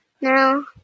no